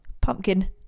Pumpkin